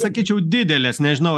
sakyčiau didelės nežinau